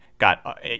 got